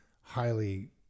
highly